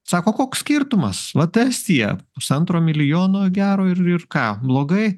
sako koks skirtumas vat estija pusantro milijono gero ir ir ką blogai